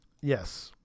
Yes